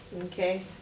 Okay